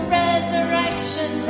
resurrection